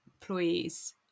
employees